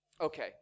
Okay